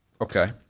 Okay